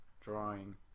drawing